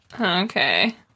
Okay